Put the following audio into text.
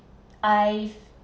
I've